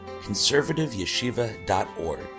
conservativeyeshiva.org